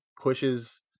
pushes